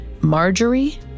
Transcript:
Marjorie